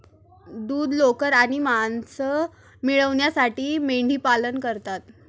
दूध, लोकर आणि मांस मिळविण्यासाठी मेंढीपालन करतात